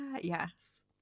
Yes